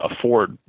Afford